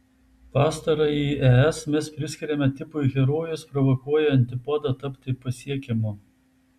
pastarąjį es mes priskiriame tipui herojus provokuoja antipodą tapti pasiekiamu